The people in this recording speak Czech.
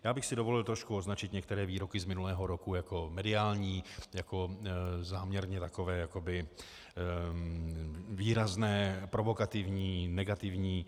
Já bych si dovolil trošku označit některé výroky z minulého roku jako mediální, jako záměrně jakoby výrazné, provokativní, negativní.